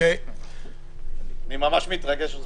אני ממש מתרגש.